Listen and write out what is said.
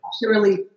purely